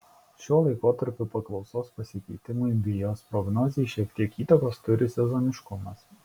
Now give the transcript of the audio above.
šiuo laikotarpiu paklausos pasikeitimui bei jos prognozei šiek tiek įtakos turi sezoniškumas